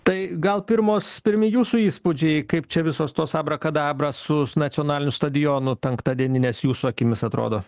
tai gal pirmos pirmi jūsų įspūdžiai kaip čia visos tos abra kadabra su nacionaliniu stadionu penktadieninės jūsų akimis atrodo